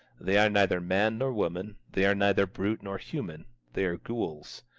they are neither man nor woman, they are neither brute nor human they are ghouls.